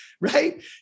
right